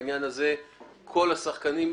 לא.